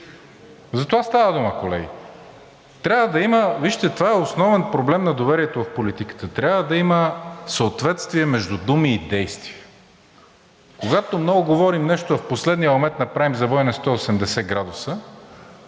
Затова става дума, колеги. Вижте, това е основен проблем на доверието в политиката – трябва да има съответствие между думи и действия, когато много говорим нещо, а в последния момент направим завой на 180 градуса